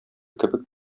кебек